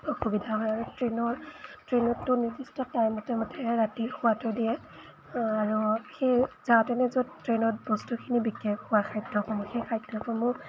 অসুবিধা হয় আৰু ট্ৰেইনৰ ট্ৰেইনততো নিৰ্দিষ্ট টাইমতেহে ৰাতি খোৱাতো দিয়ে আৰু সেই যাওঁতেনে য'ত ট্ৰেইনত বস্তুখিনি বিকে খোৱা খাদ্যসমূহ সেই খাদ্যসমূহ